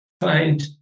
find